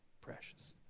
precious